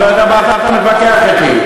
אני לא יודע מה אתה מתווכח אתי.